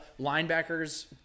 linebackers